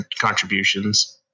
contributions